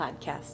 Podcast